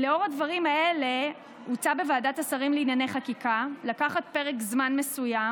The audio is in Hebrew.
לאור הדברים האלה הוצע בוועדת השרים לענייני חקיקה לקחת פרק זמן מסוים,